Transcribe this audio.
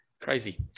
Crazy